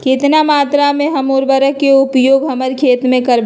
कितना मात्रा में हम उर्वरक के उपयोग हमर खेत में करबई?